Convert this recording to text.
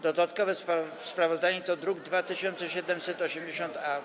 Dodatkowe sprawozdanie to druk nr 2780-A.